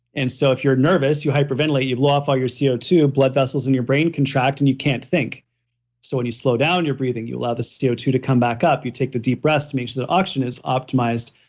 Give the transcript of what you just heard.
and so, if you're nervous, you hyperventilate, you blow off all your c o two, blood vessels in your brain contract and you can't think so when you slow down your breathing, you allow the c o two to come back up, you take the deep breaths oxygen is optimized,